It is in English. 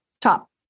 top